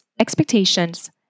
expectations